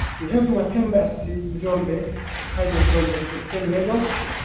we have mapembasi njombe, a hydro project of ten megawatts.